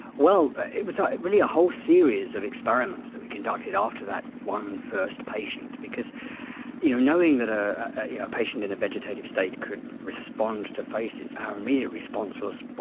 well, it was ah really a whole series of experiments that we conducted after that one first patient. because you know knowing that a yeah patient in a vegetative state could respond to faces, our immediate response was, well,